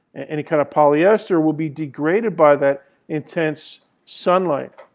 any kind of polyester will be degraded by that intense sunlight.